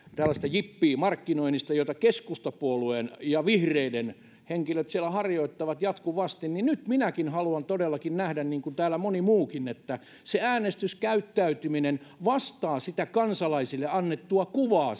jippii markkinoinnista jota keskustapuolueen ja vihreiden henkilöt siellä harjoittavat jatkuvasti niin nyt minäkin haluan todellakin nähdä niin kuin täällä moni muukin että äänestyskäyttäytyminen vastaa sitä julkisuudessa kansalaisille annettua kuvaa